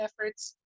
efforts